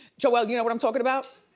joel, you know what i'm talking about?